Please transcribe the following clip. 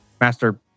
Master